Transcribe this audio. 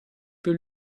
più